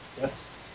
Yes